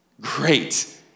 great